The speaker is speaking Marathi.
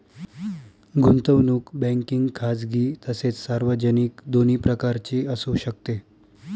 गुंतवणूक बँकिंग खाजगी तसेच सार्वजनिक दोन्ही प्रकारची असू शकते